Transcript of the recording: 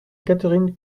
catherine